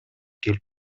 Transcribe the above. келип